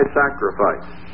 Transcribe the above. sacrifice